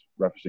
referencing